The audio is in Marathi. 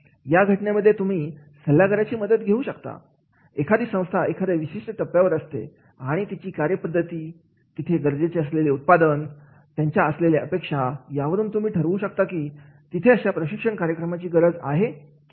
या घटनेमध्ये तुम्ही सल्लागाराची मदत घेऊ शकता एखादी संस्था एखाद्या विशिष्ट टप्प्यावर असते आणि तिची कार्यपद्धती तिथे गरजेचे असलेले उत्पादन त्यांच्या असलेल्या अपेक्षा यावरून तुम्ही ठरवू शकता की तिथे अशा प्रशिक्षण कार्यक्रमाची गरज आहे किंवा नाही